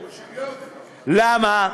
למה?